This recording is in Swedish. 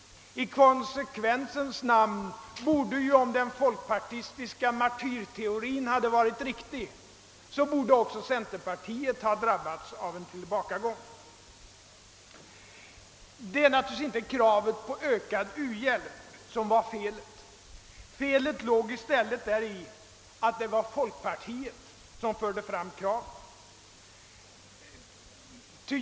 I konsekvensens namn borde ju, om den folkpartistiska martyrteorin är riktig, också centerpartiet ha drabbats av en tillbakagång. Det var naturligtvis inte kravet på ökad u-hjälp som var felet. Felet låg i stället däri att det var folkpartiet som förde fram kravet.